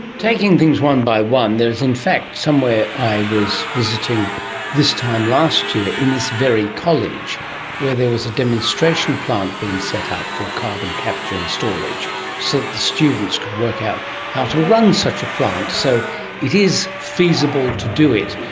taking things one by one, there is in fact somewhere i was visiting this time last year in this very college where there was a demonstration plant being set up for carbon capture and storage so that students could work out how to run such a plant. so it is feasible to do it,